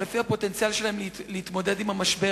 או לפי הפוטנציאל שלו להתמודד עם המשבר?